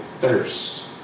thirst